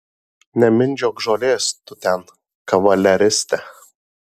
nemindžiok žolės tu ten kavaleriste